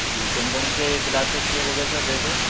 جی کون کون سے کلاسیس کے ہو گئے سر ڈریسیس